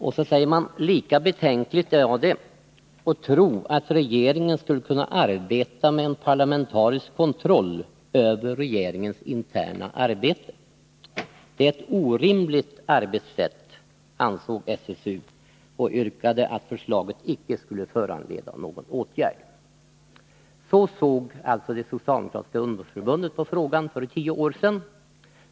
Det var, sade man, lika betänkligt att tro att regeringen skulle kunna arbeta med en parlamentarisk kontroll över sitt interna arbete. Enligt SSU var detta ett orimligt arbetssätt, varför SSU yrkade på att förslaget inte skulle föranleda någon åtgärd. Så såg alltså det socialdemokratiska ungdomsförbundet på frågan för tio år sedan.